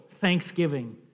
thanksgiving